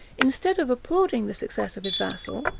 instead of applauding the success of his vassal,